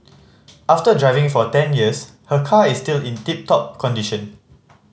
after driving for ten years her car is still in tip top condition